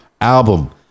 album